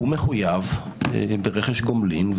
הוא מחויב ברכש גומלין.